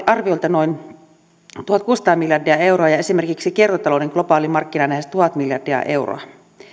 arviolta noin tuhatkuusisataa miljardia euroa ja esimerkiksi kiertotalouden globaali markkina lähes tuhat miljardia euroa